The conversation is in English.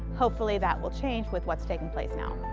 hopefully that will change with what's taking place now.